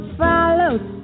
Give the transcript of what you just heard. follows